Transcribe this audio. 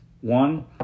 One